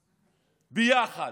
מתקדמים ביחד.